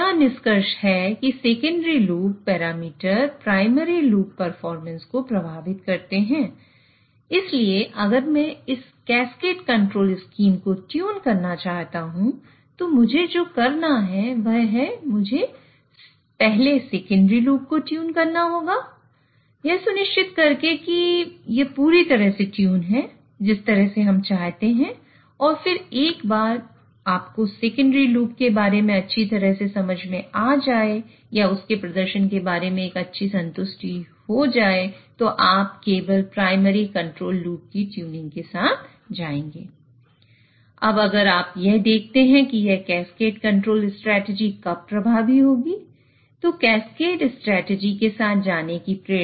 यहां निष्कर्ष है कि secondary loop parameter primary loop को ट्यून करना चाहता हूं तो मुझे जो करना है वह है मुझे पहले सेकेंडरी लूप को ट्यून करना होगा सुनिश्चित करके कि यह पूरी तरह से ट्यून है जिस तरह से हम चाहते हैं और फिर एक बार आपको सेकेंडरी लूप के बारे में अच्छी तरह से समझ में आ जाए या उस के प्रदर्शन के बारे में एक अच्छी संतुष्टि है तो आप केवल प्राइमरी कंट्रोल लूप की ट्यूनिंग के साथ जाएंगे